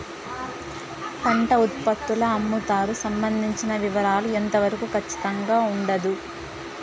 పంట ఉత్పత్తుల అమ్ముతారు సంబంధించిన వివరాలు ఎంత వరకు ఖచ్చితంగా ఉండదు?